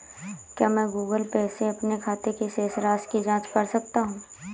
क्या मैं Google Pay से अपने खाते की शेष राशि की जाँच कर सकता हूँ?